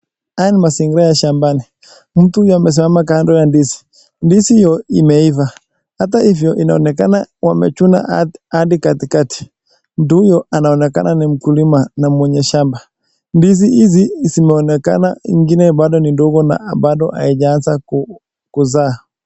Haya ni mazingira ya shambani. Mtu huyu amesimama kando ya ndizi. Ndizi hio imeiva, ata hivyo inaonekana wamechuna hadi katikati. Mtu huyo anaonekana ni mkulima na mwenye shamba. Ndizi hizi zimeonekana ingine bado ni ndogo na bado haijaacha kuzaa.